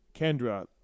Kendra